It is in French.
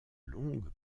longue